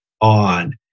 on